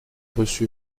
reçu